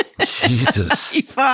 Jesus